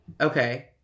Okay